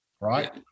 right